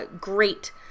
great